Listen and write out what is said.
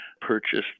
purchased